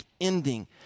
ending